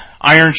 Iron